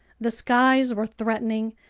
the skies were threatening,